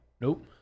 Nope